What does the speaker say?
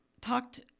talked